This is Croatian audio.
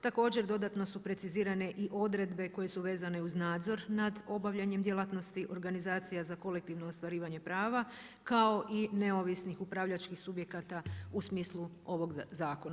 Također dodatno su precizirane i odredbe koje su vezane uz nadzor nad obavljanjem djelatnosti organizacija za kolektivno ostvarivanje prava kao i neovisnih upravljačkih subjekata u smislu ovog zakona.